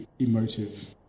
emotive